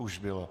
Už bylo.